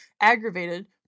aggravated